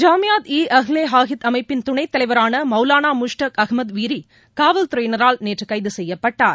ஜாமியாத் ஈ அஹ்லே ஹாதித் அமைப்பின் துணைத்தலைவரான மௌலானா முஷ்டக் அஹ்மத் வீரி காவல்துறையினரால் நேற்று கைது செய்யப்பட்டார்